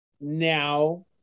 now